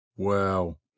Well